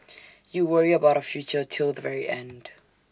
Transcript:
you worry about our future till the very end